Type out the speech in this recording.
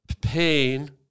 pain